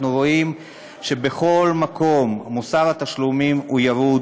אנחנו רואים שבכל מקום מוסר התשלומים הוא ירוד,